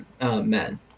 men